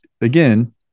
again